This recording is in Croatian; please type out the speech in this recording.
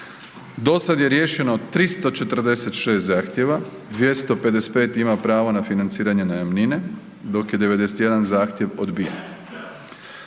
Dosad je riješeno 346 zahtjeva, 255 ima pravo na financiranje najamnine dok je 91 zahtjev odbijen.